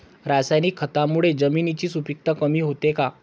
रासायनिक खतांमुळे जमिनीची सुपिकता कमी होते का?